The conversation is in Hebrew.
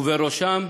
ובראשם